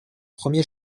premier